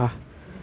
我的魅力